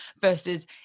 versus